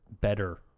better